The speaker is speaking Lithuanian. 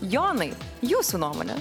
jonai jūsų nuomonę